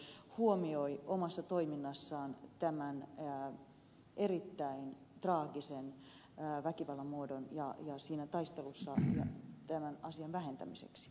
miten ministeriö huomioi omassa toiminnassaan tämän erittäin traagisen väkivallan muodon ja on siinä taistelussa tämän asian vähentämiseksi